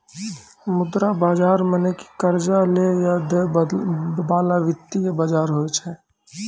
मुद्रा बजार मने कि कर्जा लै या दै बाला वित्तीय बजार होय छै